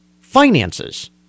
finances